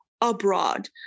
abroad